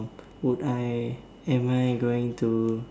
would I am I going to